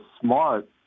smart